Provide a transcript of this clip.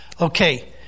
Okay